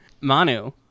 Manu